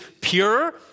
pure